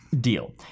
deal